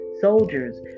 soldiers